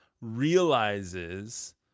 realizes